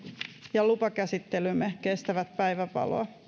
ja lupakäsittelymme kestävät päivänvaloa